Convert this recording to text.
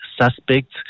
suspects